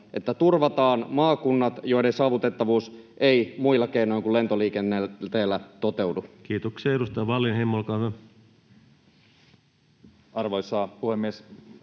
että turvataan maakunnat, joiden saavutettavuus ei muilla keinoin kuin lentoliikenteellä toteudu. Kiitoksia. — Edustaja Wallinheimo, olkaa hyvä. Arvoisa puhemies!